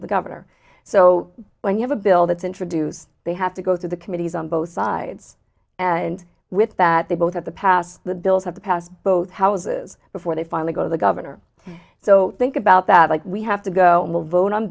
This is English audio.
have a governor so when you have a bill that's introduced they have to go through the committees on both sides and with that they both at the pass the bills have to pass both houses before they finally go to the governor so think about that like we have to go vote on